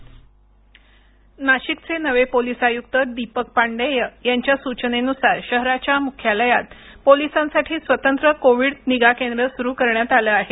script नाशिकचे नवे police आयुक्त दीपक पांडेय यांच्या सुचनेनुसार शहराच्या मुख्यालयात पोलिसांसाठी स्वतंत्र कोविड निगा केंद्र सुरु करण्यात आलं आहे